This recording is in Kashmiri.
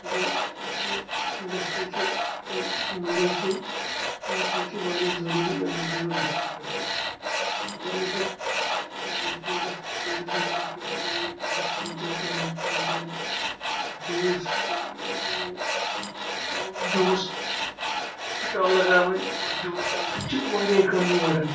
بیٚیہِ اٮ۪پٕل انڈسٹری چھِ اٮ۪پٕل مٔنڈی چھِ یِم چیٖز چھِ واریاہ ضروٗری اننت ناگ ڈسٹرک خٲطرٕ اگر مطلب یتھ روڑس ٹوٗرزم خٲطرٕ چھُ پٮ۪وان مطلب کھٮ۪ن چٮ۪ن کرُن تھاوُن تِمن جوٗس جوٗس سٹال لگاوٕنی جوٗس امہِ سۭتۍ چھِ واریاہ اکنامی پڑان